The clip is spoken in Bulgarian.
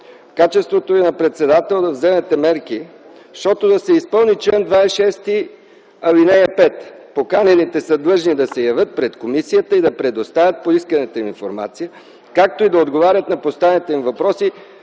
в качеството Ви на председател да вземете мерки да се изпълни чл. 26, ал. 5: „Поканените са длъжни да се явят пред комисията и да предоставят поисканата информация, както и да отговарят на поставените им въпроси